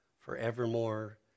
forevermore